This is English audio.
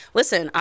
listen